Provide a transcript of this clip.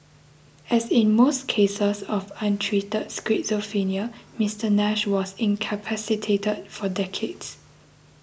as in most cases of untreated schizophrenia Mister Nash was incapacitated for decades